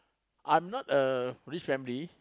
I'm not a rich family